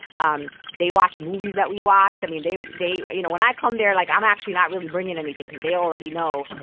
um they watch movies that we watch. i mean, they they you know, when i come there, like, i'm actually not really bringing anything because they already know